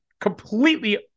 completely